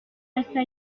resta